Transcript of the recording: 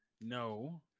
No